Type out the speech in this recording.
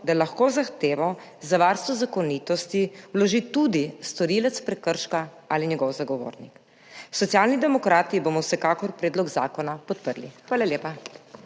da lahko zahtevo za varstvo zakonitosti vloži tudi storilec prekrška ali njegov zagovornik. Socialni demokrati bomo vsekakor podprli predlog zakona. Hvala lepa.